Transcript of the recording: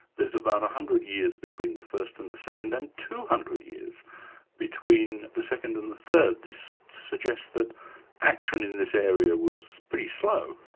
there's about one hundred years between the first and the second and two hundred years between the second and the third. this suggests that action in this area was pretty slow.